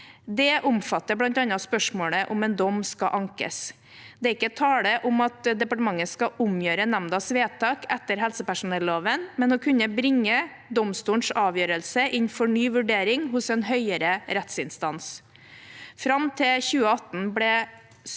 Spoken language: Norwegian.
Dette omfatter bl.a. spørsmålet om hvorvidt en dom skal ankes. Det er ikke tale om at departementet skal omgjøre nemndas vedtak etter helsepersonelloven, men om å kunne bringe domstolens avgjørelse inn for ny vurdering hos en høyere rettsinstans. Fram til 2018 ble